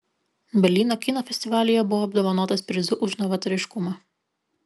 berlyno kino festivalyje buvo apdovanotas prizu už novatoriškumą